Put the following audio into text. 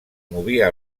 movia